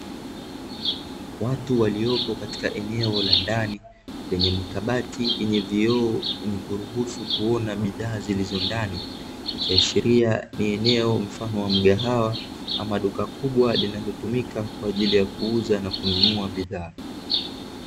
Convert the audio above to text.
Watu waliopo katika eneo la ndani lenye makabati yenye vioo yenye kuruhusu kuona bidhaa zilizo ndani, ikiashiria ni eneo mfano wa mgahawa ama duka kubwa linalotumika kwaajili ya kuuza na kununua bidhaa.